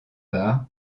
par